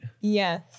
Yes